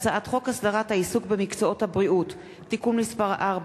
הצעת חוק הסדרת העיסוק במקצועות הבריאות (תיקון מס' 4),